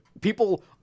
people